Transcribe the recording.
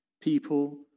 people